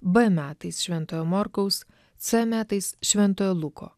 b metais šventojo morkaus c metais šventojo luko